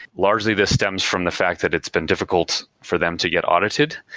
largely, this stems from the fact that it's been difficult for them to get audited,